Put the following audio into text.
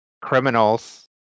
criminals